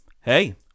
hey